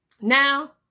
now